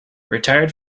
retired